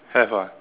have ah